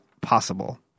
possible